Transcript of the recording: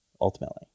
ultimately